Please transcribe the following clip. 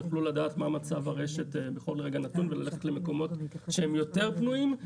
הם יוכלו לדעת מה מצב הרשת בכל רגע נתון וללכת למקומות שהם יותר פנויים.